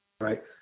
Right